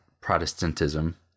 Protestantism